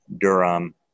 Durham